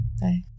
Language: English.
Bye